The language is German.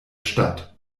stadt